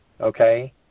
okay